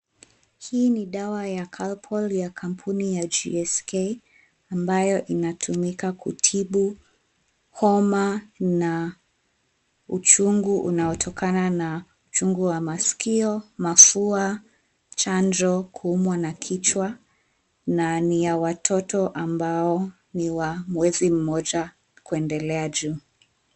Hii ni dawa ya Calpol ya kampuni ya GSK ambayo inatumika kutibu homa na uchungu unaotokana na uchungu wa masikio, mafua, chanjo, kuumwa na kichwa na ni ya watoto ambao ni wa mwezi mmoja kuendelea juu.